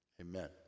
amen